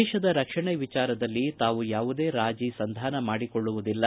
ದೇಶದ ರಕ್ಷಣೆ ವಿಚಾರದಲ್ಲಿ ತಾವು ಯಾವುದೇ ರಾಜಿ ಸಂಧಾನ ಮಾಡಿಕೊಳ್ಳುವುದಿಲ್ಲ